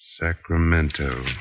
Sacramento